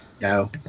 no